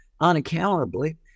unaccountably